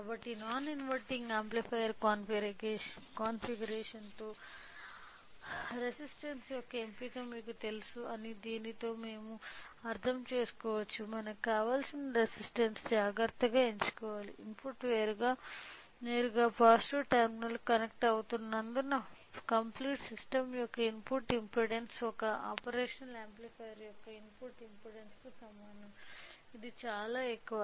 కాబట్టి non inverting amplifier కాన్ఫిగరేషన్తో resistance యొక్క ఎంపిక మీకు తెలుసు అని దీనితో మేము అర్థం చేసుకోవచ్చు మనకు కావలిసిన రెసిస్టన్స్ జాగ్రత్తగా ఎంచుకోవాలి ఇన్పుట్ నేరుగా పాజిటివ్ టెర్మినల్కు కనెక్ట్ అవుతున్నందున కంప్లీట్ సిస్టమ్ యొక్క ఇన్పుట్ ఇంపెడెన్స్ ఒక ఆపరేషనల్ యాంప్లిఫైయర్ యొక్క ఇన్పుట్ ఇంపెడెన్స్కు సమానం ఇది చాలా ఎక్కువ